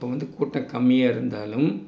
அப்போ வந்து கூட்டம் கம்மியாக இருந்தாலும்